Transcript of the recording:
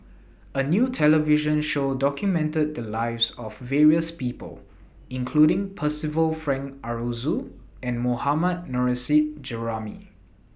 A New television Show documented The Lives of various People including Percival Frank Aroozoo and Mohammad Nurrasyid Juraimi